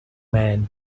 man